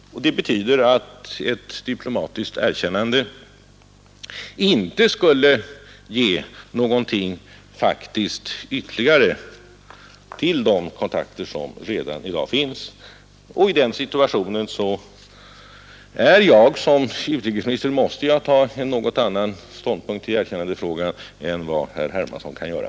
Det betyder att ett diplomatiskt erkännande inte skulle ge någonting faktiskt ytterligare till de kontakter som redan finns. I den situationen måste jag som utrikesminister ta en något annan ståndpunkt i erkännandefrågan än vad herr Hermansson kan göra.